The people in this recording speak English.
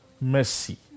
mercy